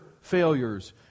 failures